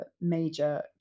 major